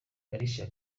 alicia